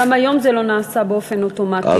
גם היום זה לא נעשה באופן אוטומטי.